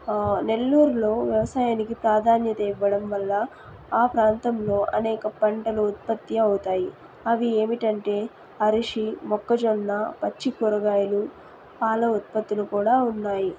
నెల్లూరు లో వ్యవసాయానికి ప్రాధాన్యత ఇవ్వడం వల్ల ఆ ప్రాంతంలో అనేక పంటలు ఉత్పత్తి అవుతాయి అవి ఏమిటంటే ఆరుషి మొక్కజొన్న పచ్చి కూరగాయలు పాల ఉత్పత్తులు కూడా ఉన్నాయి